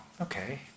okay